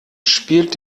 spielt